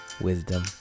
Wisdom